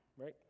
right